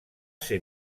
ser